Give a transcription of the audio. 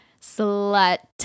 slut